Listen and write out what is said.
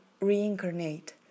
reincarnate